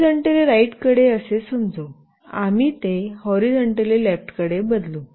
horizontally right कडे असे समजू आम्ही ते हॉरीझॉन्टली लेफ्टकडे बदलू